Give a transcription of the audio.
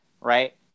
right